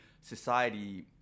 society